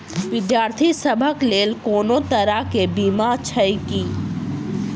विद्यार्थी सभक लेल कोनो तरह कऽ बीमा छई की?